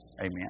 Amen